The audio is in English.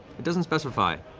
it doesn't specify.